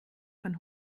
von